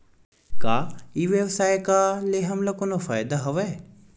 का ई व्यवसाय का ले हमला कोनो फ़ायदा हवय?